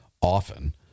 often